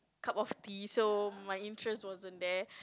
cup of tea so my interest wasn't there